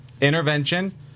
Intervention